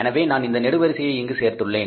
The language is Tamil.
எனவே நான் இந்த நெடுவரிசை இங்கு சேர்த்துள்ளேன்